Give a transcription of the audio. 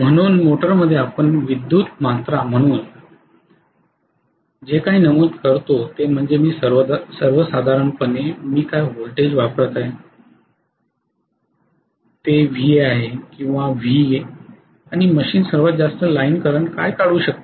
म्हणून मोटर मध्ये आपण विद्युत मात्रा म्हणून जे नमूद करतो ते म्हणजे मी सर्वसाधारणपणे मी काय व्होल्टेज वापरत आहे ते आहे Va किंवा V आणि मशीन सर्वात जास्त लाइन करंट काय काढू शकते